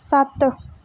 सत्त